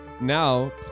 now